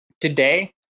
today